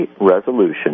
resolution